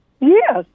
Yes